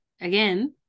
again